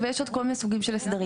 ויש עוד כל מיני סוגים של הסדרים.